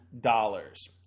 dollars